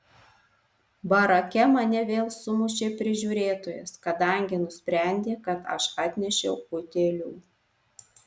barake mane vėl sumušė prižiūrėtojas kadangi nusprendė kad aš atnešiau utėlių